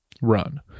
run